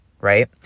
right